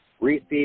receive